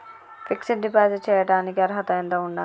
Fix డ్ deposit చేయటానికి అర్హత ఎంత ఉండాలి?